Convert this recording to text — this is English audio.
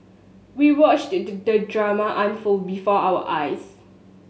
we watched the drama unfold before our eyes